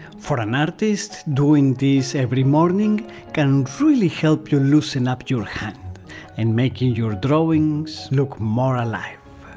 for an artist doing this every morning can really help you loosen up your hand and making your drawings look more alive!